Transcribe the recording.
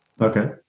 okay